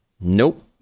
nope